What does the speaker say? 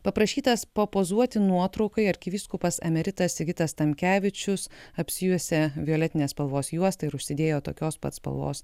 paprašytas papozuoti nuotraukai arkivyskupas emeritas sigitas tamkevičius apsijuosė violetinės spalvos juosta ir užsidėjo tokios pat spalvos